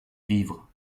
vivre